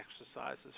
exercises